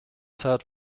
served